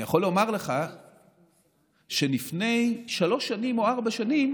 אני יכול לומר לך שלפני שלוש שנים או ארבע שנים